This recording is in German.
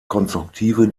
konstruktive